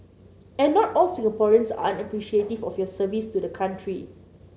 and not all Singaporeans are unappreciative of your service to the country